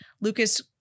Lucas